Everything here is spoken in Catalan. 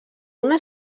una